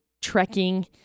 trekking